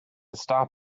stop